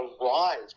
arrived